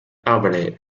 albany